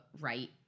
right